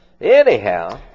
Anyhow